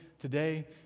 today